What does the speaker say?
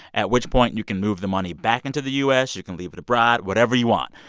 at which point, you can move the money back into the u s, you can leave it abroad, whatever you want.